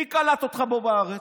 מי קלט אותך פה בארץ?